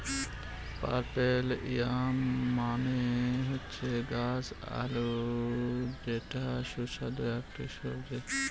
purple yam মানে হচ্ছে গাছ আলু যেটা সুস্বাদু একটি সবজি